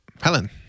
Helen